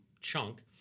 chunk